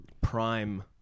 prime